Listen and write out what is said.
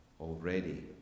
already